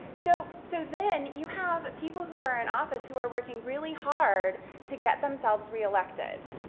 so so then you have people who are in office who are working really hard to get themselves re-elected,